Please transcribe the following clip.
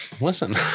Listen